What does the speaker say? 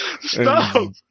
Stop